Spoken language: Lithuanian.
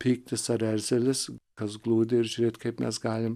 pyktis ar erzelis kas glūdi ir žiūrėt kaip mes galim